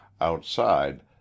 outside